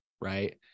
right